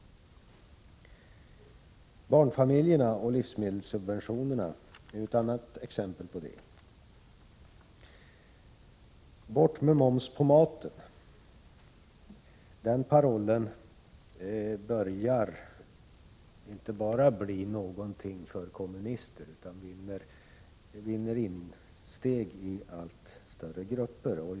Barnfamiljerna och livsmedelssubventionerna är ett annat exempel på detta. ”Bort med moms på maten” är en paroll som inte längre bara är någonting för kommunister, utan den vinner insteg i allt större grupper.